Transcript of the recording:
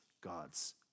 God's